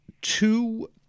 two